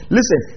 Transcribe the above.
Listen